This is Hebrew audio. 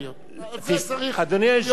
אדוני היושב-ראש, אני לא אוהב